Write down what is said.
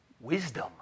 wisdom